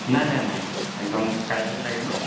নাই নাই নাই একদম কাইলৈ লাগে ন'